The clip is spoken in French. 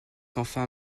enfin